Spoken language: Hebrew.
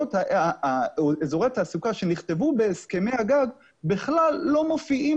מסתבר שאזורי התעסוקה שנכתבו בהסכמי הגג כלל לא מופיעים